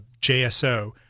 JSO